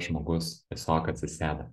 žmogus tiesiog atsisėda